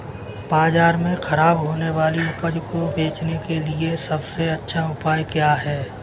बाजार में खराब होने वाली उपज को बेचने के लिए सबसे अच्छा उपाय क्या है?